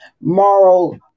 Moral